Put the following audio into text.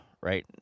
right